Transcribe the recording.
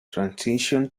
transition